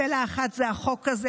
צלע אחת היא החוק הזה,